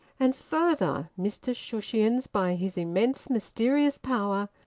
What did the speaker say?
and further, mr shushions, by his immense mysterious power,